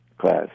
class